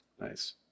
Nice